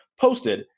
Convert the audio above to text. posted